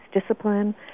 discipline